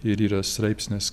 ir yra straipsnis